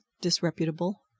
disreputable